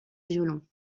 violon